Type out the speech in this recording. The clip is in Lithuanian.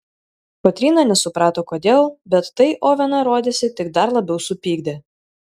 kotryna nesuprato kodėl bet tai oveną rodėsi tik dar labiau supykdė